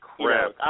crap